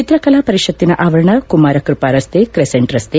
ಚಿತ್ರಕಲಾ ಪರಿಷತ್ತಿನ ಆವರಣ ಕುಮಾರಕೃಪಾ ರಸ್ತೆ ತ್ರೆಸೆಂಟ್ ರಸ್ತೆ